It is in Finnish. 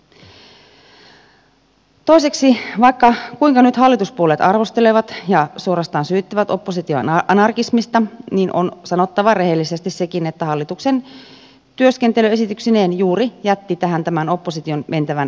toiseksi vaikka kuinka nyt hallituspuolueet arvostelevat ja suorastaan syyttävät oppositiota anarkismista niin on sanottava rehellisesti sekin että hallituksen työskentely esityksineen juuri jätti tähän tämän opposition mentävän reiän